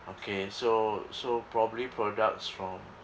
okay so so probably products from